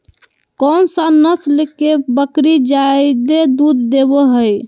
कौन सा नस्ल के बकरी जादे दूध देबो हइ?